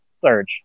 Surge